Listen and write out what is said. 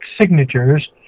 signatures